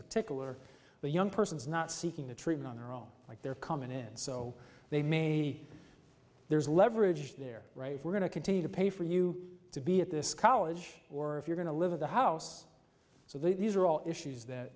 particular the young person is not seeking the treatment on their own like their common end so they may there's leverage there right if we're going to continue to pay for you to be at this college or if you're going to live in the house so these are all issues that